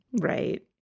Right